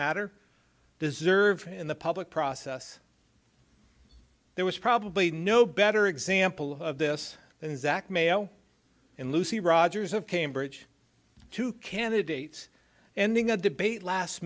matter deserve in the public process there was probably no better example of this exact mail in lucy rogers of cambridge two candidates ending a debate last